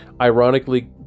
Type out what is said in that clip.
ironically